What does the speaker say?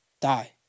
Die